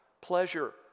pleasure